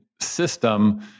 system